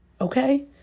okay